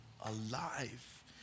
alive